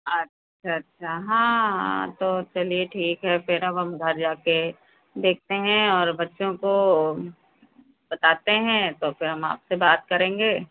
अच्छा अच्छा हाँ हाँ तो चलिए ठीक है फिर अब हम घर जा कर देखते हैं और बच्चों को बताते हैं तो फिर हम आपसे बात करेंगे